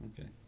Okay